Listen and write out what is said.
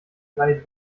drei